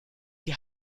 die